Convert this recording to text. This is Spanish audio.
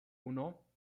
uno